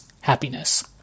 happiness